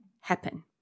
happen